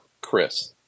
Chris